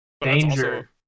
danger